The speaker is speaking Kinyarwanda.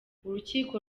urukiko